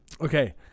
Okay